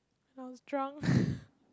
when I was drunk